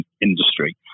industry